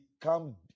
come